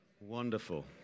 Wonderful